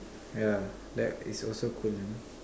ya that is also cool ah